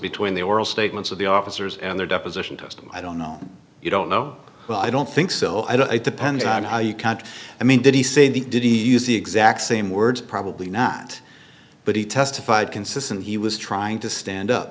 between the oral statements of the officers and their deposition testimony i don't know you don't know well i don't think so i don't it depends on how you count i mean did he say the did he use the exact same words probably not but he testified consistent he was trying to stand up